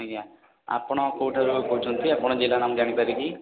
ଆଜ୍ଞା ଆପଣ କେଉଁ ଠାରୁ କହୁଛନ୍ତି ଆପଣଙ୍କ ଜିଲ୍ଲା ନାମ ଜାଣିପାରେ କି